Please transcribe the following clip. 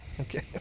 Okay